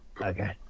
okay